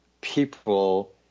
people